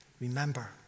Remember